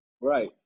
right